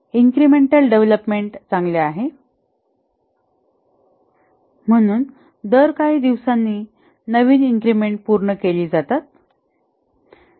incremental development चांगली आहे म्हणून दर काही दिवसांनी नवीन इन्क्रिमेंट पूर्ण केली जातात